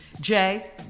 Jay